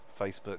Facebook